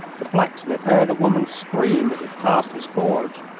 the blacksmith heard a woman scream as it passed his forge.